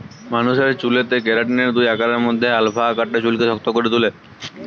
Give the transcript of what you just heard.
মানুষের চুলেতে কেরাটিনের দুই আকারের মধ্যে আলফা আকারটা চুলকে শক্ত করে তুলে